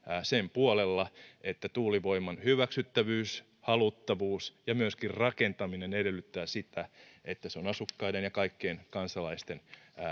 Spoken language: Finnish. sen puolella että tuulivoiman hyväksyttävyys haluttavuus ja myöskin rakentaminen edellyttää sitä että se on asukkaiden ja kaikkien kansalaisten